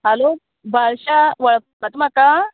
hello Barsha वळखता तूं म्हाका